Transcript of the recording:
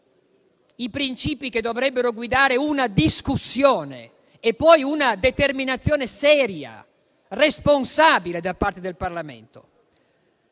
i princìpi che dovrebbero guidare una discussione e poi una determinazione seria, responsabile da parte del Parlamento.